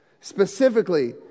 Specifically